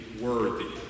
worthy